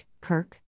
Kirk